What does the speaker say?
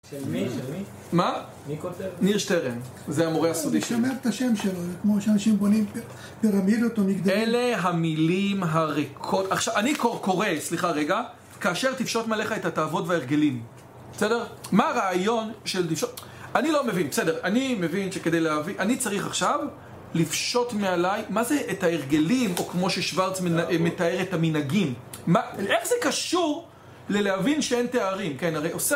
של מי? של מי? מה? מי כותב? ניר שטרן. זה המורה הסודי שלי. הוא משמר את השם שלו. זה כמו שאנשים בונים פירמידות ומגדלים. אלה המילים הריקות. עכשיו, אני קורא, סליחה רגע, כאשר תפשוט מעליך את התאוות וההרגלים. בסדר? מה הרעיון של תפשוט... אני לא מבין, בסדר. אני מבין שכדי להבין... אני צריך עכשיו לפשוט מעליי... מה זה את ההרגלים או כמו ששוורץ מתאר את המנהגים? מה? איך זה קשור ללהבין שאין תארים, כן? הרי עושה